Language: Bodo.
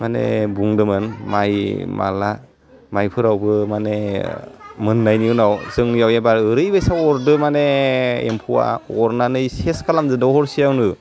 माने बुंदोंमोन माय माला मायफोरावबो माने मोन्नायनि उनाव जोंनियाव एबार ओरैबैसा अरदों माने एम्फौवा अरनानै सेस खालाम जोबदों हरसेयावनो